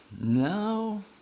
no